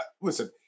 listen